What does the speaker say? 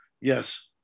Yes